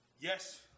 Yes